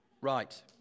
Right